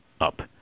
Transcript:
up